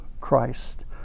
Christ